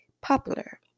popular